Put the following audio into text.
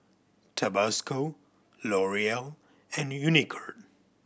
Tabasco L'Oreal and Unicurd